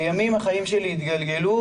לימים החיים שלי התגלגלו,